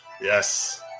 Yes